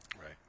right